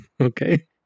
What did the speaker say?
Okay